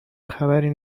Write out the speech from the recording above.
خبری